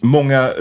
Många